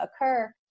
occur